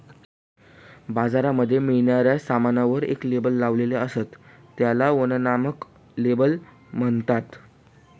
बाजारामध्ये मिळणाऱ्या सामानावर एक लेबल लावलेले असत, त्याला वर्णनात्मक लेबल म्हणतात